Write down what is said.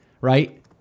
right